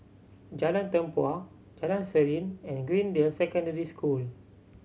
Jalan Tempua Jalan Serene and Greendale Secondary School